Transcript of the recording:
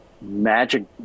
magic